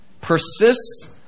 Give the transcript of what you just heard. Persist